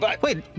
Wait